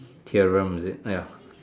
theorem is it ah ya